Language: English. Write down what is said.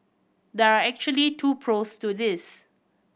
there are actually two pros to this